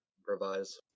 improvise